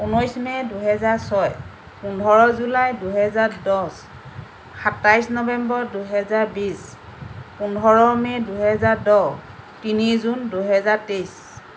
ঊনৈছ মে' দুইহাজাৰ ছয় পোন্ধৰ জুলাই দুইহাজাৰ দহ সাতাইছ নৱেম্বৰ দুই হাজাৰ বিশ পোন্ধৰ মে' দুইহাজাৰ দহ তিনি জুন দুই হাজাৰ তেইছ